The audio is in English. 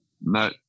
No